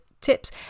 tips